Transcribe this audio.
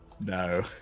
No